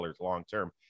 long-term